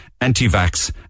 anti-vax